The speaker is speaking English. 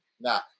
Now